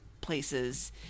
places